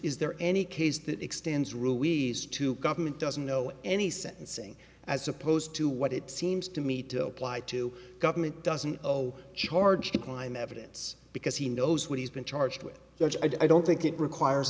is there any case that extends ruiz to government doesn't know any sentencing as opposed to what it seems to me to look like two government doesn't owe charge declined evidence because he knows what he's been charged with i don't think it requires